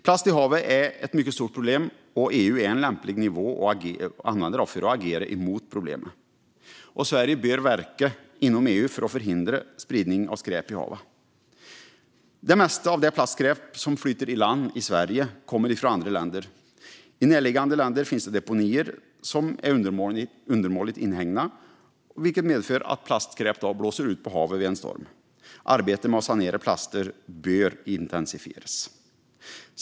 Plast i haven är ett mycket stort problem, och EU är en lämplig nivå att använda för att agera mot problemet. Sverige bör verka inom EU för att förhindra spridning av skräp i haven. Det mesta av det plastskräp som flyter i land i Sverige kommer från andra länder. I närliggande länder finns deponier som är undermåligt inhägnade, vilket medför att plastskräp blåser ut i havet vid en storm. Arbetet med att sanera plaster bör intensifieras.